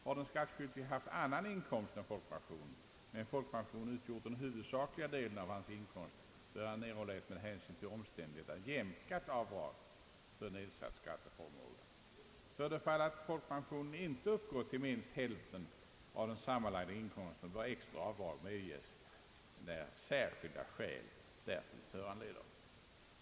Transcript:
Har den skattskyldige haft annan inkomst än folkpensionen men folkpensionen utgjort den huvudsakliga delen av hans inkomst, bör han erhålla ett med hänsyn till omständigheterna jämkat avdrag för nedsatt skatteförmåga. För det fall att folkpensionen inte uppgår till minst hälften av den sammanlagda inkomsten, bör extra avdrag medges, när särskilda skäl därtill föranleder.